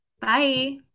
Bye